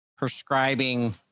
prescribing